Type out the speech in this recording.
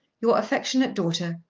your affectionate daughter,